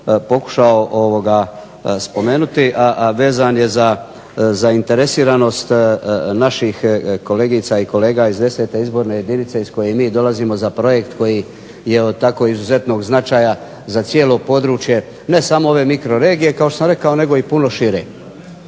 pokušao spomenuti a vezan je za zainteresiranost naših kolegica i kolege iz 10. izborne jedinice iz koje mi dolazimo za projekt koji je od tako izuzetnog značaja za cijelo područje, ne samo ove mikroregije nego i puno šire.